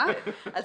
אני